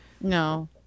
no